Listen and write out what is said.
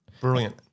Brilliant